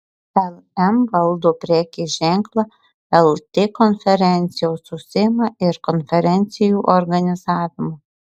lm valdo prekės ženklą lt konferencijos užsiima ir konferencijų organizavimu